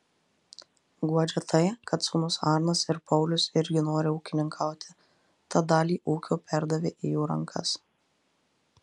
guodžia tai kad sūnūs arnas ir paulius irgi nori ūkininkauti tad dalį ūkio perdavė į jų rankas